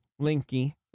Linky